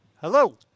Hello